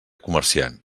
comerciant